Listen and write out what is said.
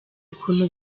ukuntu